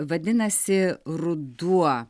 vadinasi ruduo